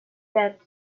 that